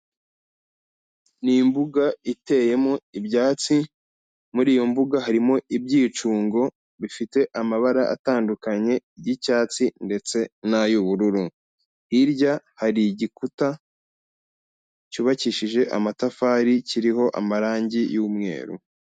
Ni imbuga iteyemo ibyatsi, muri iyo mbuga harimo ibyicungo bifite amabara atandukanye y'icyatsi ndetse n'ay'ubururu, hirya hari igikuta cyubakishije amatafari kiriho amarangi y'umweru.